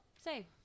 say